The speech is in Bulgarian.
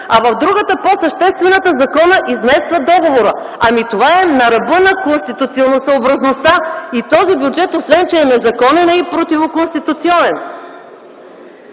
а в другата – по-съществената, законът измества договора! Това е на ръба на конституционосъобразността и този бюджет освен, че е незаконен, той е противоконституционен.